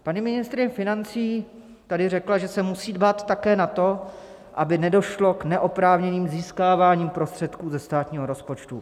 Paní ministryně financí tady řekla, že se musí dbát také na to, aby nedošlo k neoprávněnému získávání prostředků ze státního rozpočtu.